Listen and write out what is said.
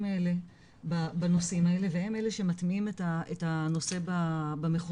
האלה בנושאים האלה והם אלה שמטמיעים את הנושא במחוזות.